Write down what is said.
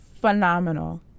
phenomenal